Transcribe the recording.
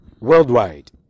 worldwide